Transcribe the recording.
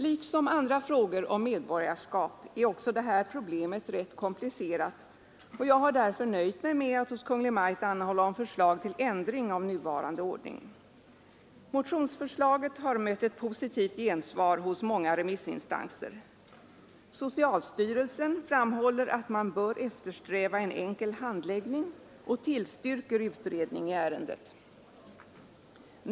Liksom andra frågor om medborgarskap är detta problem rätt komplicerat, och jag har därför nöjt mig med att yrka att riksdagen hos Kungl. Maj:t anhåller om förslag till ändring av nuvarande ordning. Motionsförslaget har mött ett positivt gensvar hos många remissinstan ser. Socialstyrelsen framhåller att man bör eftersträva en enkel handläggning och tillstyrker utredning i ärendet.